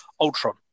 Ultron